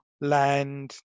land